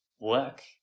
work